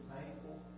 thankful